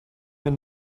del